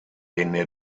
venne